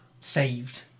saved